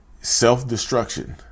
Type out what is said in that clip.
self-destruction